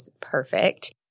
perfect